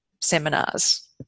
seminars